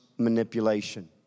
Manipulation